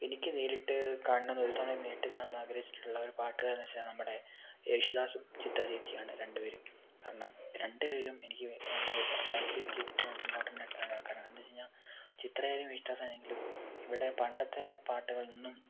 എനിക്ക് നേരിട്ട് കാണണമെന്ന് ഒരു തവണ നേരിട്ട് കാണണമെന്ന് ആഗ്രഹിച്ചിട്ടുള്ള ഒരു പാട്ടുകാരാണെന്ന് വെച്ചാൽ നമ്മുടെ യേശുദാസും ചിത്രച്ചേച്ചിയുമാണ് രണ്ടുപേരും കാരണം രണ്ടുപേരും എനിക്ക് എൻ്റെ ലൈഫിൽ എനിക്ക് ഏറ്റോം ഇമ്പോർട്ടൻറ്റ് ആയിട്ടുള്ള ആൾക്കാരാണ് എന്താന്ന് വെച്ചുകഴിഞ്ഞാൽ ചിത്ര ആയാലും യേശുദാസായാലും ഇവരുടെ പണ്ടത്തെ പാട്ടുകളെന്നും